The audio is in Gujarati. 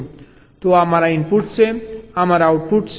તો આ મારા ઇનપુટ્સ છે આ મારા આઉટપુટ છે